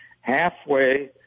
halfway